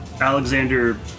Alexander